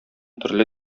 төрле